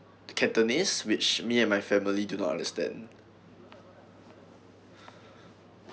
the cantonese which me and my family do not understand